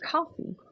Coffee